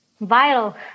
vital